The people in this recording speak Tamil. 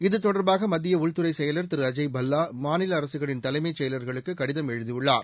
இது தொடர்பாக மத்திய உள்துறை செயலர் திரு அஜய் பல்லா மாநில அரசுகளின் தலைமைச் செயல்குளக்கு கடிதம் எழுதியுள்ளார்